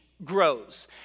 grows